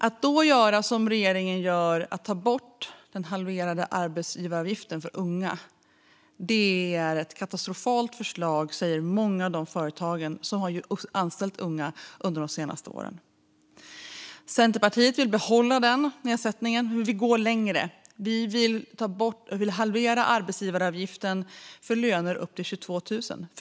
Att då göra som regeringen och ta bort den halverade arbetsgivaravgiften för unga är ett katastrofalt förslag, säger många av de företag som har anställt unga de senaste åren. Centerpartiet vill behålla nedsättningen, men vi vill gå längre och halvera arbetsgivaravgiften för löner upp till 22 000.